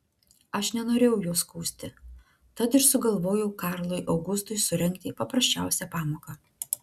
aš nenorėjau jo skųsti tad ir sugalvojau karlui augustui surengti paprasčiausią pamoką